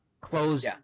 closed